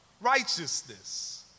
righteousness